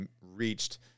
reached